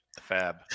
Fab